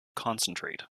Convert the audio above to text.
concentrate